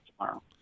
tomorrow